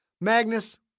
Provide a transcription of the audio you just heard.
Magnus